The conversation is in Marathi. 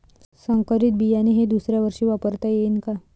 संकरीत बियाणे हे दुसऱ्यावर्षी वापरता येईन का?